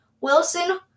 Wilson